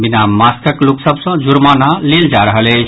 बिना मास्कक लोक सभ सँ जुर्माना लेल जा रहल अछि